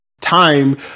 time